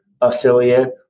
affiliate